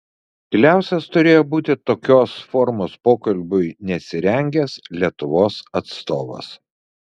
tyliausias turėjo būti tokios formos pokalbiui nesirengęs lietuvos atstovas